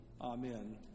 Amen